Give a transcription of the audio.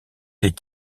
des